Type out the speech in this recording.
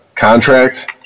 Contract